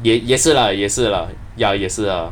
也也是 lah 也是 lah ya 也是啊